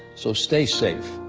so stay safe.